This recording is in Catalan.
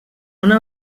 una